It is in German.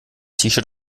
shirt